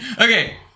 okay